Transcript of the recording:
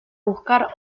buscar